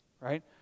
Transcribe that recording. right